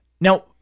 Now